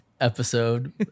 episode